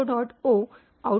O readelf -S hello